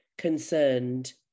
concerned